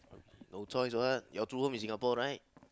no choice [what] your true home is Singapore right